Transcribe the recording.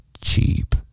cheap